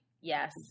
yes